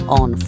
on